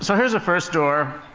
so here's the first door.